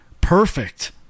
perfect